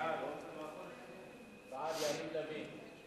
בעד יריב לוין.